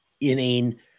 inane